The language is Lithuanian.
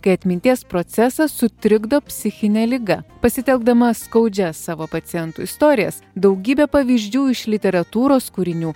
kai atminties procesą sutrikdo psichinė liga pasitelkdama skaudžias savo pacientų istorijas daugybę pavyzdžių iš literatūros kūrinių